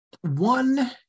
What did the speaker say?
one